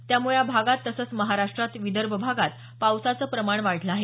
त्यामुळे या भागात तसंच महाराष्ट्रात विदर्भ भागात पावसाचं प्रमाण वाढलं आहे